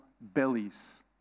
bellies